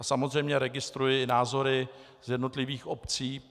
Samozřejmě registruji i názory z jednotlivých obcí.